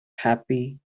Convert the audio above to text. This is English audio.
happy